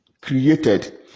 created